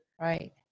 right